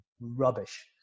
rubbish